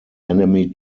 enemy